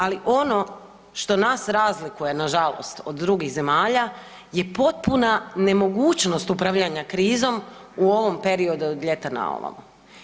Ali ono što nas razlikuje, nažalost, od drugih zemalja je potpuna nemogućnost upravljanja krizom u ovom periodu od ljeta na ovamo.